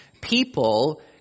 people